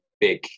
big